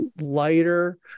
lighter